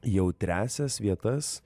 jautriąsias vietas